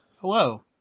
Hello